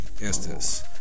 instance